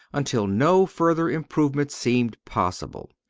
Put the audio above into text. until no further improvement seemed possible.